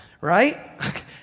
right